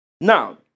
Now